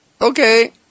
Okay